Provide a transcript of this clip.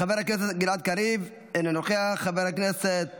חבר הכנסת גלעד קריב, אינו נוכח, חבר הכנסת